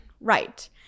Right